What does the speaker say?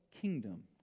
kingdom